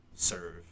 Serve